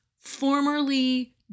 formerly